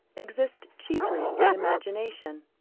exist chiefly in imagination.